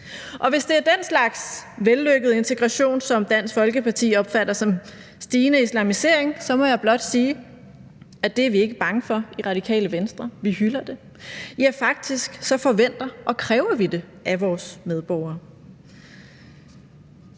Hvis det er den slags vellykket integration, som Dansk Folkeparti opfatter som stigende islamisering, må jeg blot sige, at det er vi ikke bange for i Radikale Venstre, vi hylder det. Faktisk forventer og kræver vi det af vores medborgere.